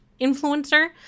influencer